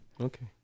Okay